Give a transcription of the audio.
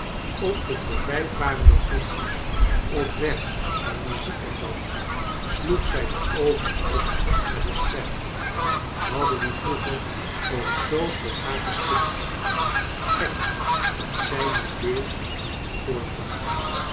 op de voorbijvarende gondels op weg naar muziek en dans sloeg zij de oogen op naar de sterren hadden die vroeger ook zoo voor haar geschitterd gekj dat zij nu weer aan die poort dacht